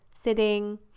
sitting